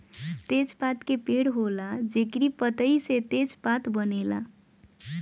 तेजपात के पेड़ होला जेकरी पतइ से तेजपात बनेला